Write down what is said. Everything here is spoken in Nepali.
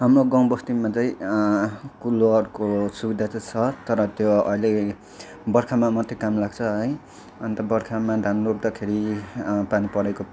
हाम्रो गाउँ बस्तीमा चाहिँ कुलोहरूको सुबिधा चाहिँ छ तर त्यो अलि बर्खामा मात्रै काम लाग्छ है अन्त बर्खामा धान रोप्दाखेरि पानी परेको